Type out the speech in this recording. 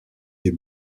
des